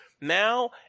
Now